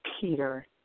Peter